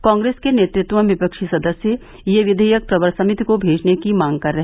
कांग्रेस के नेतृत्व में विफ्री सदस्य यह विधेयक प्रवर समिति को भेजने की मांग करते रहे